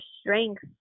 strength